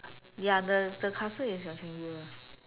ya the the castle is rectangular